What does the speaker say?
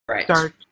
start